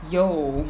yo